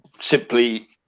simply